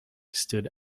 stood